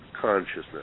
consciousness